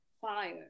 fire